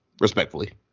respectfully